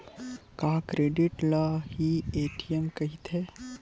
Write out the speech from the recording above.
का क्रेडिट ल हि ए.टी.एम कहिथे?